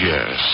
Yes